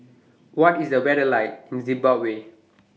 What IS The weather like in Zimbabwe